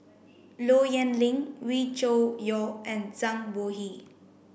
Low Yen Ling Wee Cho Yaw and Zhang Bohe